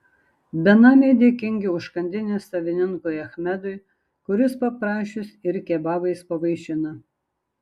benamiai dėkingi užkandinės savininkui achmedui kuris paprašius ir kebabais pavaišina